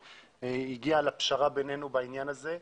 שהגיע לפשרה ביננו בעניין הזה.